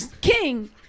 King